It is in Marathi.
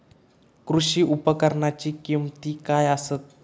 कृषी उपकरणाची किमती काय आसत?